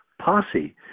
Posse